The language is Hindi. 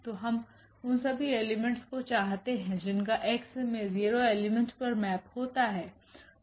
तो हम उन सभी एलिमेंट्स को चाहते हैं जिनका X में 0 एलिमेंट पर मैप होता है